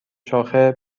شاخه